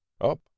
Up